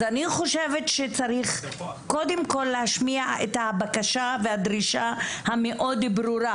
אז אני חושבת שצריך קודם כל להשמיע את הבקשה והדרישה המאוד ברורה: